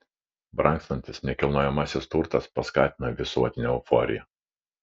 brangstantis nekilnojamasis turtas paskatino visuotinę euforiją